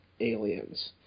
Aliens